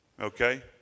Okay